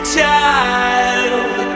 child